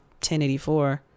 1084